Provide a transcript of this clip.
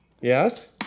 Yes